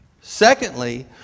Secondly